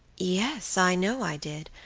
yes i know i did.